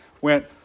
went